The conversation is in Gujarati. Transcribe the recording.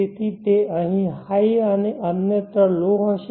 તેથી તે અહીં હાઈ અને અન્યત્ર લો હશે